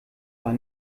war